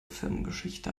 firmengeschichte